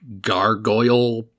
gargoyle